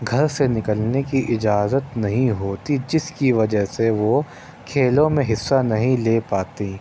گھر سے نکلنے کی اجازت نہیں ہوتی جس کی وجہ سے وہ کھیلوں میں حصّہ نہیں لے پاتی